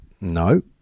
No